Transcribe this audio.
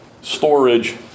storage